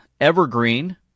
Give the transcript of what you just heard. Evergreen